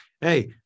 hey